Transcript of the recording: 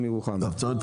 הנסיעות היומי שלו.